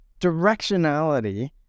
directionality